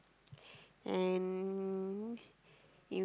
and